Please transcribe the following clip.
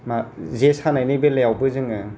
मानि जे सानायनि बेलायावबो जोङो